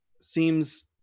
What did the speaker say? seems